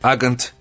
Agent